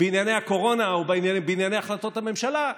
בענייני הקורונה או בענייני החלטות הממשלה,